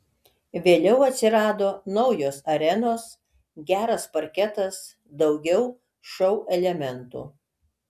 vėliau atsirado naujos arenos geras parketas daugiau šou elementų